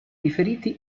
riferiti